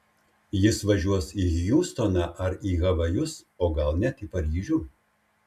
jis važiuos į hjustoną ar į havajus o gal net į paryžių